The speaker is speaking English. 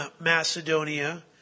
Macedonia